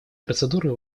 процедуры